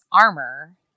armor